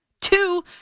Two